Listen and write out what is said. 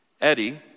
Eddie